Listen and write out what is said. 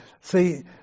see